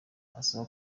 asaba